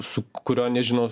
su kuriuo nežinau